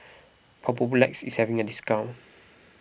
Papulex is having a discount